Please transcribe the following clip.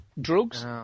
drugs